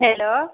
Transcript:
hello